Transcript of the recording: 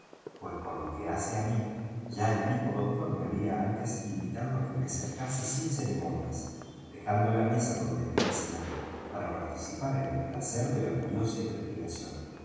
pues por lo que hace á mí ya el mismo doctor me había antes invitado á que me acercase sin ceremonias dejando la mesa donde había cenado para participar en el placer de la curiosa investigación